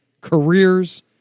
careers